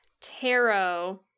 tarot